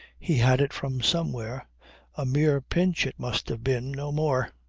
he had it from somewhere a mere pinch it must have been, no more.